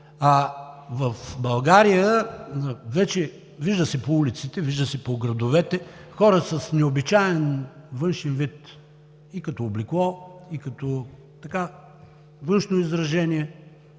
В България вече – вижда се по улиците, вижда се по градовете, хора с необичаен външен вид – и като облекло, и като външно изражение,